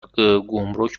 گمرک